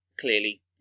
clearly